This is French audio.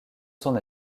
son